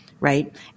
right